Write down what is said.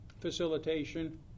facilitation